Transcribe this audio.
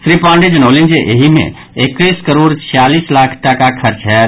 श्री पांडेय जनौलनि जे एहि मे एक्कैस करोड़ छियालीस लाख टाका खर्च होयत